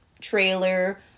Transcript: trailer